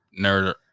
nerd